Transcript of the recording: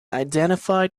identified